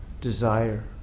desire